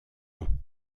ans